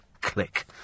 Click